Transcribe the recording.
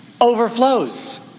overflows